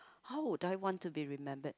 how would I want to be remembered